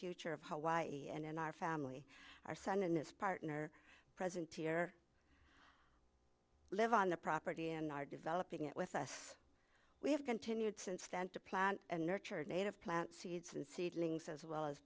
future of hawaii and in our family our son and his partner present here live on the property and are developing it with us we have continued since then to plant and nurture native plant seeds and seedlings as well as